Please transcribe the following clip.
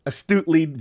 Astutely